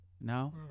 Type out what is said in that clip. Now